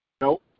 Nope